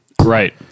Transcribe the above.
Right